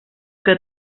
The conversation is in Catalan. que